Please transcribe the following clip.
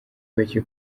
bake